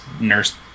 Nurse